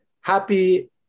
happy